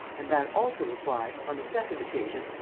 and that also is why, on the second occasion,